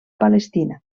palestina